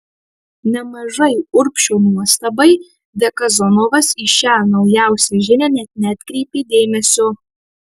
nemažai urbšio nuostabai dekanozovas į šią naujausią žinią net neatkreipė dėmesio